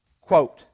Quote